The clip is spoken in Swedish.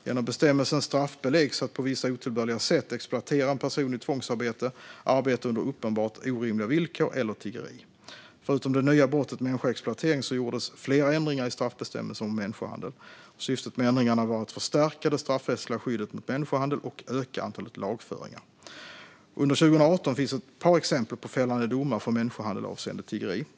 Genom bestämmelsen straffbeläggs att på vissa otillbörliga sätt exploatera en person i tvångsarbete, arbete under uppenbart orimliga villkor eller tiggeri. Förutom det nya brottet människoexploatering gjordes flera ändringar i straffbestämmelsen om människohandel. Syftet med ändringarna var att förstärka det straffrättsliga skyddet mot människohandel och öka antalet lagföringar. Under 2018 finns ett par exempel på fällande domar för människohandel avseende tiggeri.